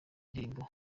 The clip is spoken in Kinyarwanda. ndirimbo